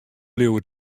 bliuwe